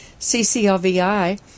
CCLVI